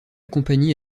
compagnie